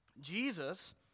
Jesus